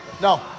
No